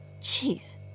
Jeez